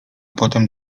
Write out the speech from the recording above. potem